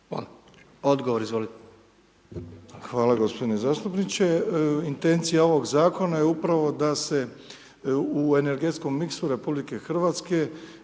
**Milatić, Ivo** Hvala gospodine zastupniče. Intencija ovog zakona je upravo da se u energetskom mixu RH što je moguće